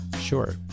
sure